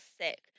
sick